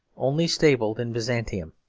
only stabled in byzantium.